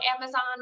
Amazon